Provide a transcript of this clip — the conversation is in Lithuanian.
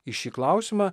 į šį klausimą